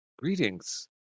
Greetings